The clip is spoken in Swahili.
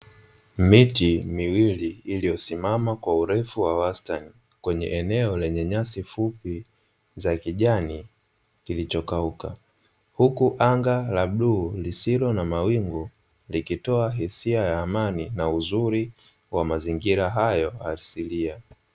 Miti miwili iliyosimama kwa urefu wa wastani kwenye eneo lenye nyasi fupi za kijani kilichokauka, huku anga la bluu lisilo na mawingu likitoa hisia ya amani na uzuri wa mazingira hayo asilia.